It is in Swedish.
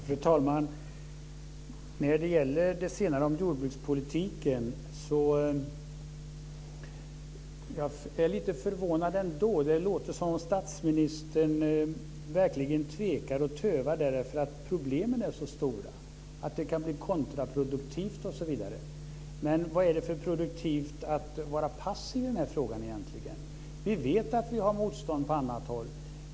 Fru talman! När det gäller den senare kommentaren av jordbrukspolitiken är jag ändå lite förvånad. Det låter som om statsministern verkligen tövar därför att problemen är så stora, att det kan bli kontraproduktivt osv. Men hur produktivt är det att vara passiv i den här frågan egentligen? Vi vet att vi har motstånd på annat håll.